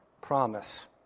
Promise